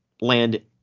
land